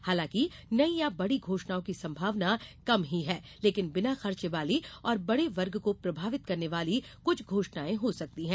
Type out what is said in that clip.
हालांकि नई या बड़ी घोषणाओं की संभावना कम ही है लेकिन बिना खर्चे वाली और बड़े वर्ग को प्रभावित करने वाली कुछ घोषणाएं हो सकती है